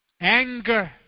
anger